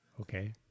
Okay